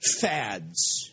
fads